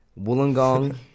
Wollongong